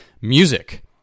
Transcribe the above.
music